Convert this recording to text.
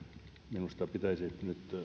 minusta pitäisi